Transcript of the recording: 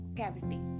cavity